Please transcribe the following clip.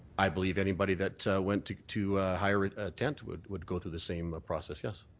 i believe anybody that went to to hire a tent would would go through the same process, yes.